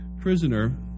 prisoner